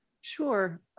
Sure